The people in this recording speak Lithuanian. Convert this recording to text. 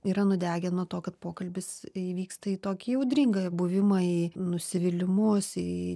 yra nudegę nuo to kad pokalbis įvyksta į tokį audringą buvimą į nusivylimus į